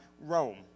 Rome